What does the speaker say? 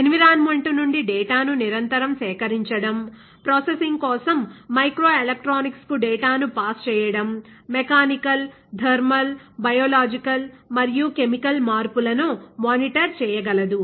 environment నుండి data ను నిరంతరం సేకరించడం ప్రాసెసింగ్ కోసం మైక్రో ఎలెక్ట్రానిక్స్ కు డేటా ను పాస్ చేయడం మెకానికల్థర్మల్ బయోలాజికల్ మరియు కెమికల్ మార్పులను మానిటర్ చేయగలదు